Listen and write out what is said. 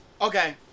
Okay